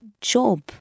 job